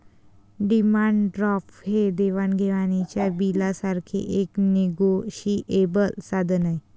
demand draft हे देवाण घेवाणीच्या बिलासारखेच एक निगोशिएबल साधन आहे